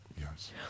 yes